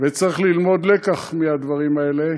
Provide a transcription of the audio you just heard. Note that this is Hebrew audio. וצריך ללמוד לקח מהדברים האלה,